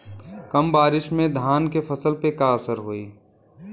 कम बारिश में धान के फसल पे का असर होई?